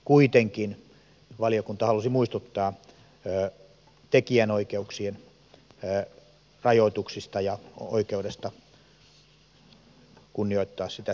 kuitenkin valiokunta halusi muistuttaa tekijänoikeuksien rajoituksista ja tekijänoikeuksien kunnioituksesta